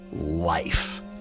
life